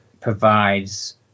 provides